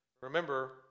Remember